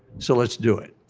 so, let's do it.